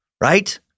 right